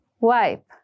Wipe